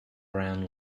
brown